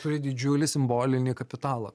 turi didžiulį simbolinį kapitalą